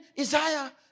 Isaiah